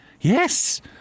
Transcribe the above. Yes